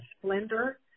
Splendor